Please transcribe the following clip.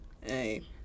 hey